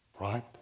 right